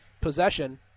possession